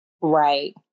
Right